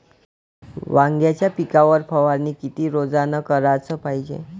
वांग्याच्या पिकावर फवारनी किती रोजानं कराच पायजे?